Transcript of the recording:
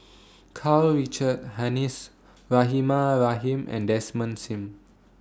Karl Richard Hanitsch Rahimah Rahim and Desmond SIM